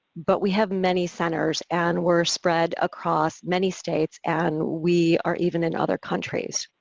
but we have many centers and we're spread across many states and we are even in other countries.